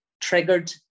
triggered